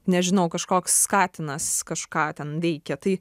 nežinau kažkoks katinas kažką ten veikia tai